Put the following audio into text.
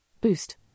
Boost